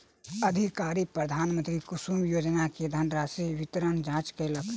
अधिकारी प्रधानमंत्री कुसुम योजना के धनराशि वितरणक जांच केलक